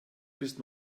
bis